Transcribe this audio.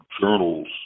journals